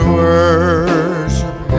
worship